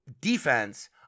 defense